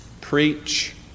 Preach